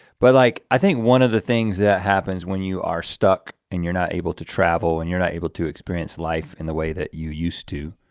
but like, i think one of the things that happens when you are stuck and you're not able to travel and you're not able to experience life in the way that you used to.